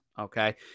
okay